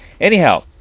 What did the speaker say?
Anyhow